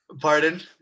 pardon